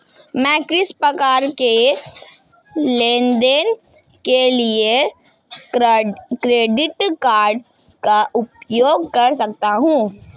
मैं किस प्रकार के लेनदेन के लिए क्रेडिट कार्ड का उपयोग कर सकता हूं?